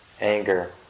anger